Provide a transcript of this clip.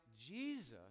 Jesus